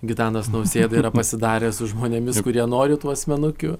gitanas nausėda yra pasidaręs su žmonėmis kurie nori tų asmenukių